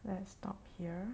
let's stop here